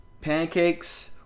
Pancakes